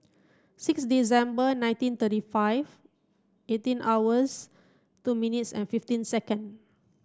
six December nineteen thirty five eighteen hours two minutes and fifteen second